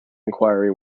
inquiry